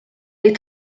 est